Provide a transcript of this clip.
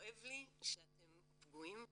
כואב לי שאתם פגועים וכועסים,